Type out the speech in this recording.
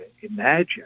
imagine